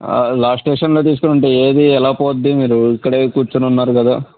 last స్టేషన్లో తీసుకుంటే ఏది ఎలా పోద్ది మీరు ఇక్కడే కూర్చుని ఉన్నారు కదా